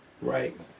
Right